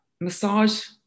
massage